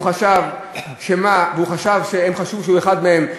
הם חשבו שהוא אחד מהם,